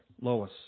Lois